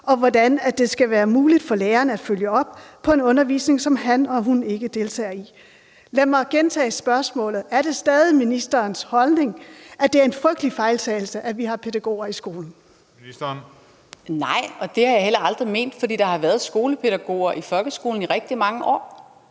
og hvordan det skal være muligt for læreren at følge op på en undervisning, som han/hun ikke deltager i« . Lad mig gentage spørgsmålet: Er det stadig ministerens holdning, at det er en frygtelig fejltagelse, at vi har pædagoger i skolen? Kl. 16:13 Tredje næstformand (Christian Juhl): Ministeren. Kl.